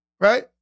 right